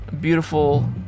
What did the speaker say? beautiful